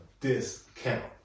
discount